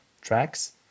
tracks